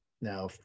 Now